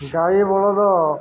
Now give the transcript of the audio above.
ଗାଈ ବଳଦ